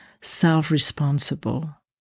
self-responsible